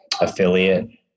affiliate